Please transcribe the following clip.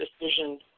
decision